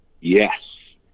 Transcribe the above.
Yes